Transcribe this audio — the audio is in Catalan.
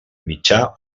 mitjà